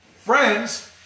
friends